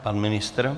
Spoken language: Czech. Pan ministr?